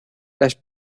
las